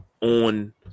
on